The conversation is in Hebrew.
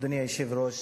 אדוני היושב-ראש,